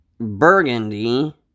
burgundy